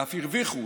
ואף הרוויחו,